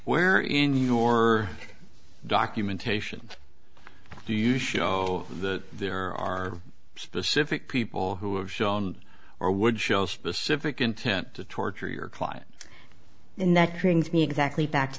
where in your documentation do you show that there are specific people who have shown or would show specific intent to torture your client in that koreans me exactly back to